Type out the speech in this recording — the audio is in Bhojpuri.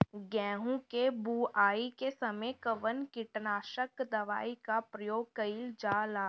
गेहूं के बोआई के समय कवन किटनाशक दवाई का प्रयोग कइल जा ला?